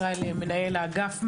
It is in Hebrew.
ישראל מנהל האגף,